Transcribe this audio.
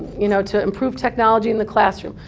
you know to improve technology in the classroom,